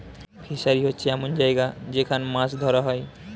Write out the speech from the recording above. fishery হচ্ছে এমন জায়গা যেখান মাছ ধরা হয়